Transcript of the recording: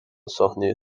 sahneye